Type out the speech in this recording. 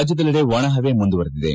ರಾಜ್ಡದೆಲ್ಲೆಡೆ ಒಣಹವೆ ಮುಂದುವರಿದಿದೆ